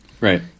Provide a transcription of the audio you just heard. Right